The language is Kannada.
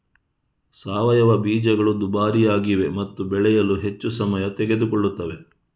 ಸಾವಯವ ಬೀಜಗಳು ದುಬಾರಿಯಾಗಿವೆ ಮತ್ತು ಬೆಳೆಯಲು ಹೆಚ್ಚು ಸಮಯ ತೆಗೆದುಕೊಳ್ಳುತ್ತವೆ